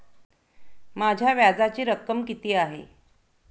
माझ्या व्याजाची रक्कम किती आहे?